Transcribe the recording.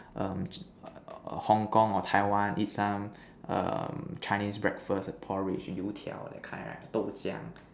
um Hong-Kong or Taiwan eat some um Chinese breakfast porridge 油条 that kind right 豆浆:Dou Jiang